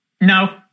No